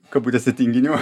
kabutėse tinginių